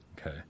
Okay